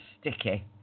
sticky